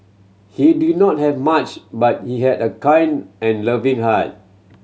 he did not have much but he had a kind and loving heart